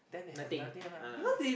nothing ah